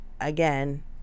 again